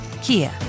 kia